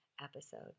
episode